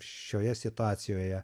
šioje situacijoje